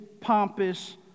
pompous